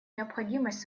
необходимость